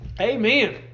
Amen